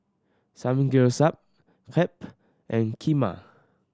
Samgyeopsal Crepe and Kheema